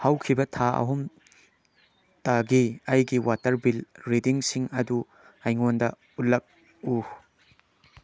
ꯍꯧꯈꯤꯕ ꯊꯥ ꯑꯍꯨꯝꯇꯒꯤ ꯑꯩꯒꯤ ꯋꯥꯇ꯭ꯔ ꯕꯤꯜ ꯔꯤꯗꯤꯡꯁꯤꯡ ꯑꯗꯨ ꯑꯩꯉꯣꯟꯗ ꯎꯠꯂꯛꯎ